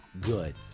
good